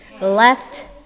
left